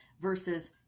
versus